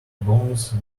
bones